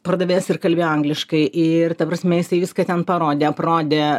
pardavėjas ir kalbėjo angliškai ir ta prasme jisai viską ten parodė aprodė